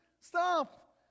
Stop